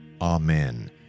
Amen